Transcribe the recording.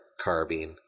carbine